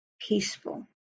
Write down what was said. peaceful